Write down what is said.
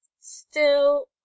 Still—